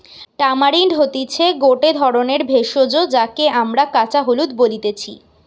tamarind হতিছে গটে ধরণের ভেষজ যাকে আমরা কাঁচা হলুদ বলতেছি